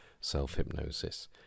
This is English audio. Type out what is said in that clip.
self-hypnosis